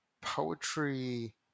poetry